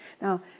Now